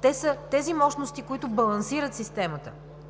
Те са тези мощности, които балансират системата,